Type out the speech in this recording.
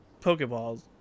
Pokeballs